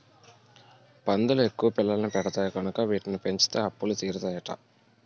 పందులు ఎక్కువ పిల్లల్ని పెడతాయి కనుక వీటిని పెంచితే అప్పులు తీరుతాయట